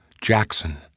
Jackson